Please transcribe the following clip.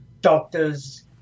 doctors